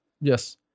Yes